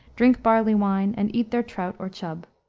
drink barley wine, and eat their trout or chub.